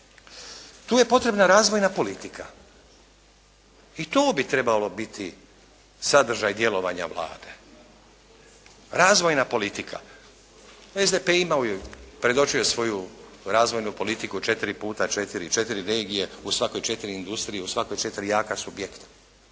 Tu je potrebna razvojna politika i to bi trebalo biti sadržaj djelovanja Vlade, razvojna politika. SDP imao je, predočio je svoju razvojnu politiku od četiri puta četiri, četiri regije, u svakoj četiri industrije, u svakoj četiri jaka subjekta.